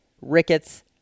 rickets